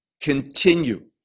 continue